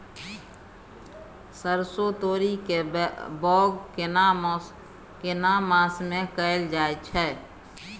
सरसो, तोरी के बौग केना मास में कैल जायत छै?